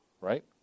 right